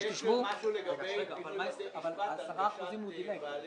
יש לי עוד משהו לגבי בתי משפט והנגשתם לבעלי